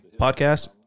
Podcast